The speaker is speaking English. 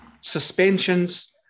suspensions